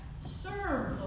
serve